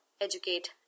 educate